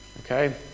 okay